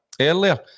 earlier